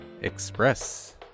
Express